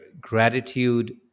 gratitude